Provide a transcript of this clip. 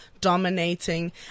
dominating